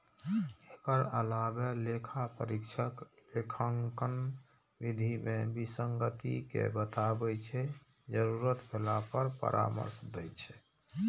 एकर अलावे लेखा परीक्षक लेखांकन विधि मे विसंगति कें बताबै छै, जरूरत भेला पर परामर्श दै छै